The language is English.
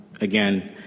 Again